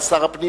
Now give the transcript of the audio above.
אבל שר הפנים,